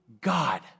God